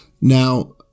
Now